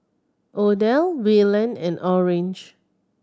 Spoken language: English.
Odell Wayland and Orange